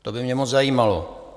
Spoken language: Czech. To by mě moc zajímalo.